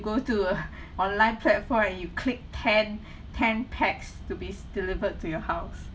go to a online platform and you click ten ten packs to be delivered to your house